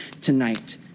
tonight